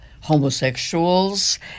homosexuals